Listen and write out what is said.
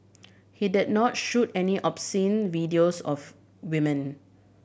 he did not shoot any obscene videos of women